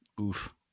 oof